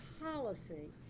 policy